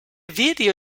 video